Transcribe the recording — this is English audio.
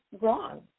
wrong